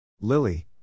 Lily